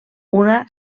una